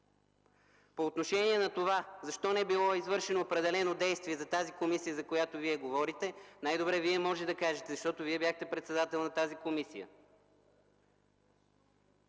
Относно това: защо не е било извършено определено действие по отношение на комисията, за която Вие говорихте, най-добре Вие можете да кажете, защото Вие бяхте председател на тази комисия.